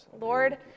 Lord